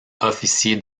officier